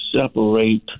separate